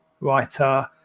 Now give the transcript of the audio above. writer